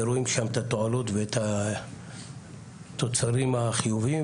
ורואים שם את התועלות ואת התוצרים החיוביים.